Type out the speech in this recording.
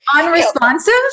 Unresponsive